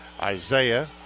Isaiah